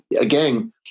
again